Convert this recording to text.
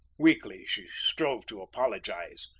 weakly she strove to apologise.